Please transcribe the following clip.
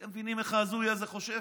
אתם מבינים איך ההזוי הזה חושב?